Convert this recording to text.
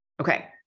Okay